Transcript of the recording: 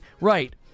right